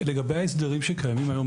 לגבי ההסדרים שקיימים היום,